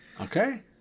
Okay